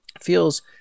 feels